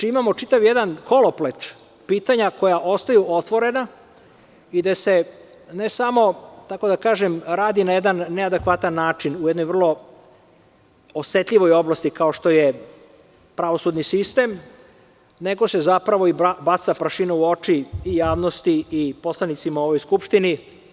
Imamo čitav jedan koloplet pitanja koja ostaju otvorena i gde se ne samo radi na jedna ne adekvatna način u jednoj vrlo osetljivoj oblasti kao što je pravosudni sistem nego se zapravo baca prašina u očii javnosti i poslanicima u ovoj skupštini.